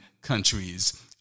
countries